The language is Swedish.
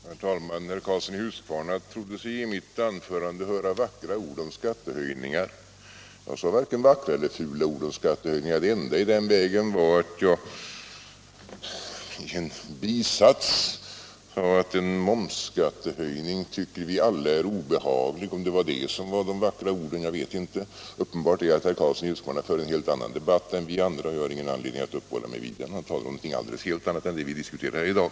Herr talman! Herr Karlsson i Huskvarna trodde sig i mitt anförande höra vackra ord om skattehöjningar. Jag sade varken vackra eller fula ord om skattehöjningar. Det enda i den vägen var att jag i en bisats yttrade att en momsskattehöjning tycker vi alla är obehaglig. Om det var detta som skulle vara de vackra orden, vet jag inte. Uppenbart är att herr Karlsson i Huskvarna för en helt annan debatt än vi andra gör. Jag har ingen anledning att uppehålla mig vid den. Herr Karlsson talar om något helt annat än det vi diskuterar här i dag.